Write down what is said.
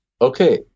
Okay